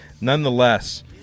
nonetheless